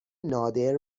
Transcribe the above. نادر